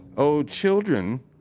oh children,